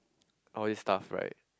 all these stuff right